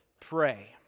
Pray